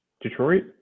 Detroit